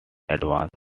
advance